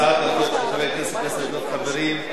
הצעת החוק של חבר הכנסת פלסנר ועוד חברים,